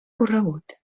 corregut